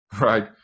right